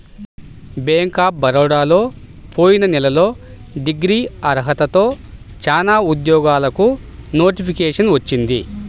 bank of బరోడాలో పోయిన నెలలో డిగ్రీ అర్హతతో చానా ఉద్యోగాలకు నోటిఫికేషన్ వచ్చింది